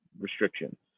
restrictions